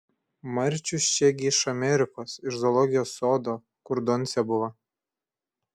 marčius čia gi iš amerikos iš zoologijos sodo kur doncė buvo